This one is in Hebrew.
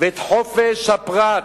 ואת חופש הפרט.